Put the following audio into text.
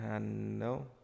No